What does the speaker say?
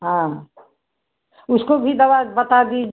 हाँ उसको भी दवा बता दी